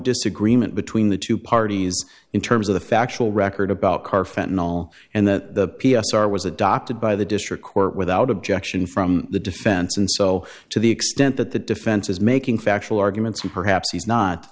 disagreement between the two parties in terms of the factual record about car fentanyl and the p s r was adopted by the district court without objection from the defense and so to the extent that the defense is making factual arguments and perhaps he's